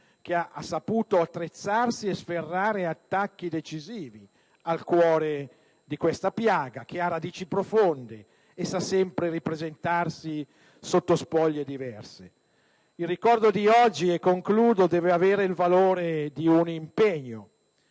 che ha saputo attrezzarsi e sferrare attacchi decisivi al cuore di questa piaga; piaga che ha radici profonde e sa sempre ripresentarsi sotto spoglie diverse. Il ricordo di oggi deve avere il valore di un impegno,